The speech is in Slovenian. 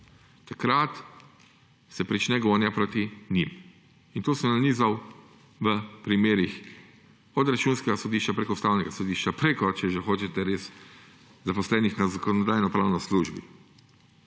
prakse, se prične gonja proti njim. In to sem nanizal v primerih od Računskega sodišča, prek Ustavnega sodišča do, če že hočete, zaposlenih v Zakonodajno-pravni službi.